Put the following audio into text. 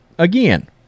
Again